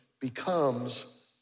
becomes